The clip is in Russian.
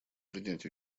принять